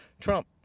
Trump